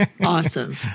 Awesome